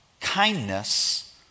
kindness